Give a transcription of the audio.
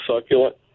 succulent